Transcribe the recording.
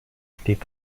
steht